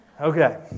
Okay